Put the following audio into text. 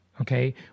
Okay